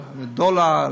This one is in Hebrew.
לדולר,